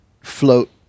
float